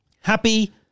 happy